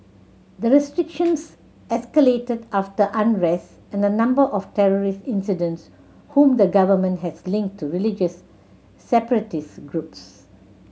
the restrictions escalated after unrest and a number of terrorist incidents whom the government has linked to religious separatist groups